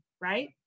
Right